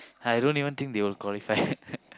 I don't even think they'll qualify